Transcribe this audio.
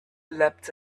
leapt